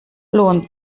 lohnt